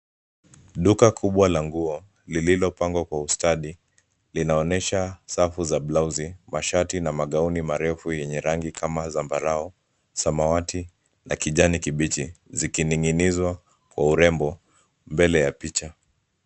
Duka kubwa la nguo lililopangwa kwa ustadi linaonyesha safu za blauzi, mashati na maguani marefu yenye rangi kama zambarau, samawati na kijani kibichi zikining'inizwa Kwa urembo mbele ya picha.